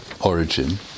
origin